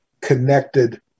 connected